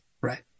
right